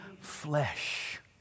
flesh